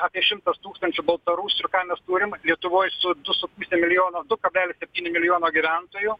apie šimtas tūkstančių baltarusių ką mes turim lietuvoj su puse milijono du kablelis septyni milijono gyventojų